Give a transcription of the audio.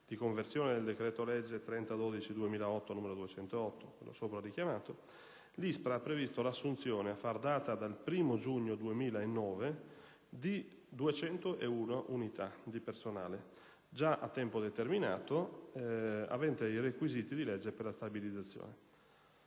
di conversione del decreto-legge del 30 dicembre 2008, n. 208, l'ISPRA ha previsto l'assunzione, a far data dal 1° giugno 2009, di 201 unità di personale, già a tempo determinato, avente i requisiti di legge per la stabilizzazione.